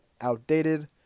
outdated